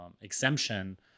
exemption